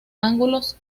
ángulos